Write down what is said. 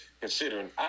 considering